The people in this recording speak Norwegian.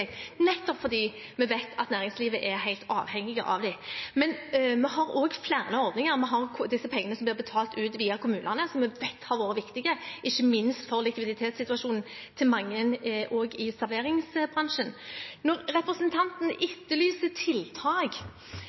nettopp fordi vi vet at næringslivet er helt avhengig av dem. Men vi har også flere ordninger. Vi har disse pengene som blir betalt ut via kommunene, som vi vet har vært viktige, ikke minst for likviditetssituasjonen til mange, også i serveringsbransjen. Når representanten etterlyser tiltak,